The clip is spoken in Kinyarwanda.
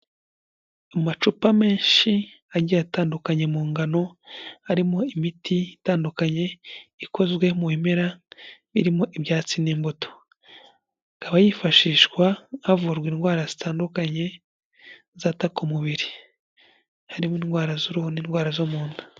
Amacupa menshi agiye atandukanye mu ngano harimo imiti itandukanye ikozwe mu bimera birimo ibyatsi n'imbuto, ikaba yifashishwa havurwa indwara zitandukanye zataka umubiri, harimo indwara z'uruhu n'indwara zo mu nda.